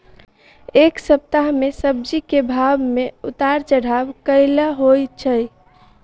एक सप्ताह मे सब्जी केँ भाव मे उतार चढ़ाब केल होइ छै?